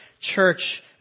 church